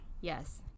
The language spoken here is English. Yes